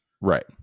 Right